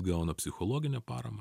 gauna psichologinę paramą